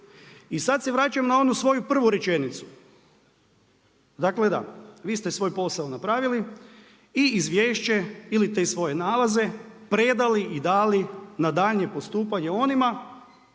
I sada se vraćam na onu svoju prvu rečenicu. Dakle, da vi ste svoj posao napravili i izvješće ili te svoje nalaze predali i dali na daljnje postupanje onima